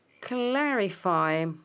clarify